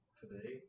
today